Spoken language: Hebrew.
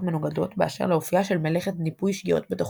מנוגדות באשר לאופייה של מלאכת ניפוי שגיאות בתוכנה.